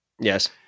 Yes